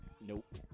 Nope